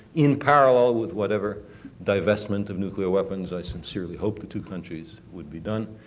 in parallel with whatever divestment of nuclear weapons i sincerely hope the two countries would be done.